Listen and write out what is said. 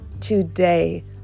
today